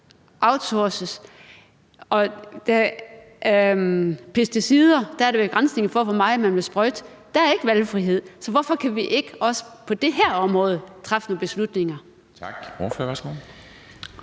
i forhold til pesticider er der en begrænsning for, hvor meget man må sprøjte. Der er ikke valgfrihed. Så hvorfor kan vi ikke også på det her område træffe nogle beslutninger? Kl.